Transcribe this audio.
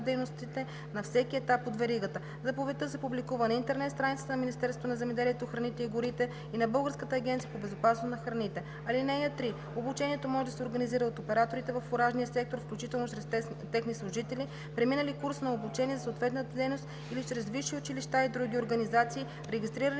дейностите на всеки етап от веригата. Заповедта се публикува на интернет страницата на Министерството на земеделието, храните и горите и на Българската агенция по безопасност на храните. (3) Обучението може да се организира от операторите във фуражния сектор, включително чрез техни служители, преминали курс на обучение за съответната дейност или чрез висши училища и други организации, регистрирани